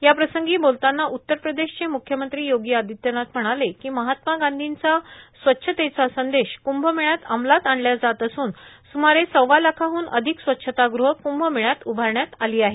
याप्रसंगी बोलतांना उत्तर प्रदेशचे मृख्यमंत्री योगी आदित्यनाथ म्हणाले की महात्मा गांधींचा स्वच्छतेचा संदेश कृंभमेळ्यात अंमलात आणल्या जात असून स्मारे सव्वा लाखाह्न अधिक स्वच्छतागृह क्भमेळ्यात उभारण्यात आली आहेत